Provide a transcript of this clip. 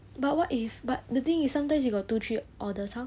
but what if but the thing is sometimes you got two three orders how